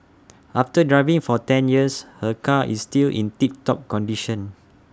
after driving for ten years her car is still in tip top condition